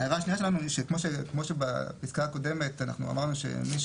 ההערה השנייה שלנו היא שכמו שבפסקה הקודמת אמרנו שמי